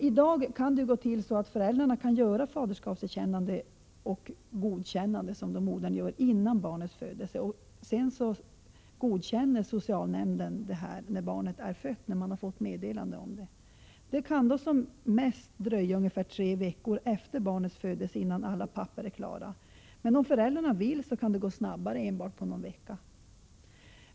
I dag kan det gå till så att föräldrarna gör faderskapserkännande resp. godkännande före barnets födelse. Socialnämnden godkänner sedan detta när barnet är fött och man har fått meddelande om detta. Det kan då som mest dröja tre veckor efter barnets födelse innan alla papper är klara. Men om föräldrarna vill kan det gå snabbare, enbart på någon vecka.